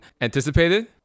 anticipated